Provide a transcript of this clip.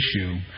issue